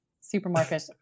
supermarket